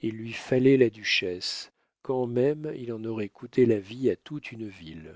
il lui fallait la duchesse quand même il en aurait coûté la vie à toute une ville